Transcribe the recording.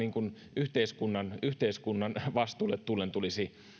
yhteiskunnan yhteiskunnan vastuulle tullen tulisi